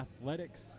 athletics